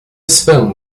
film